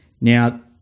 Now